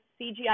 CGI